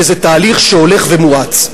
וזה תהליך שהולך ומואץ.